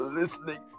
listening